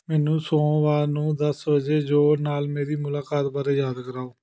ਮੈਨੂੰ ਸੋਮਵਾਰ ਨੂੰ ਦਸ ਵਜੇ ਜੋਅ ਨਾਲ ਮੇਰੀ ਮੁਲਾਕਾਤ ਬਾਰੇ ਯਾਦ ਕਰਾਓ